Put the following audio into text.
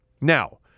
Now